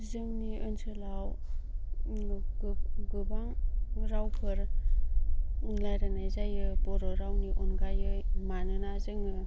जोंनि ओनसोलाव गोबां रावफोर रायज्लायनाय जायो बर' रावनि अनगायै मानोना जोङो